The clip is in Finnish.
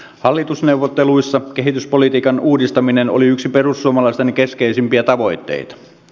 hallitusneuvotteluissa kehityspolitiikan uudistaminen oli yksi perussuomalaisten keskeisimpiä tavoitteita